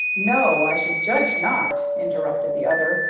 no, i should judge not, interrupted the other,